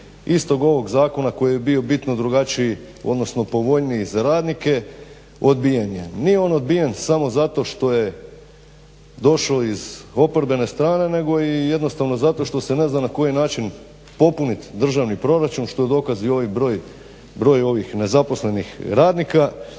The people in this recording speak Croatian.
istog ovog zakona koji je bio bitno drugačiji, odnosno povoljniji za radnike i odbijen je. Nije on odbijen samo zato što je došao iz oporbene strane nego i jednostavno zato što se ne zna na koji način popuniti državni proračun što je dokaz i broj ovih nezaposlenih radnika.